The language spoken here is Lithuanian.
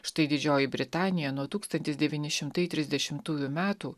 štai didžioji britanija nuo tūkstantis devyni šimtai trisdešimtųjų metų